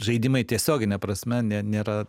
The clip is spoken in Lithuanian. žaidimai tiesiogine prasme nėra